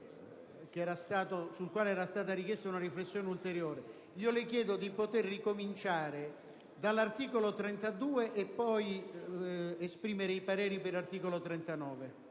sul quale era stata richiesta una riflessione ulteriore, le chiedo di poter ricominciare dall'articolo 32 per poi esprimere il parere sugli